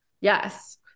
Yes